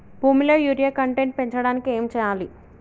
భూమిలో urea content పెంచడానికి ఏం చేయాలి?